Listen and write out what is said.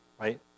Right